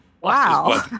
Wow